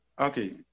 Okay